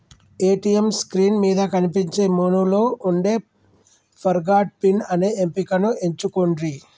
ATM screen మీద కనిపించే మెనూలో వుండే ఫర్గాట్ పిన్ అనే ఎంపికను ఎంచుకొండ్రి